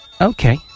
Okay